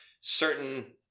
certain